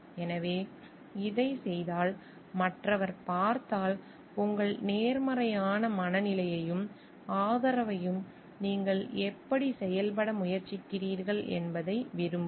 எனவே இதைச் செய்தால் மற்றவர் பார்த்தால் உங்கள் நேர்மறையான மனநிலையையும் ஆதரவையும் நீங்கள் எப்படிச் செயல்பட முயற்சிக்கிறீர்கள் என்பதை விரும்புங்கள்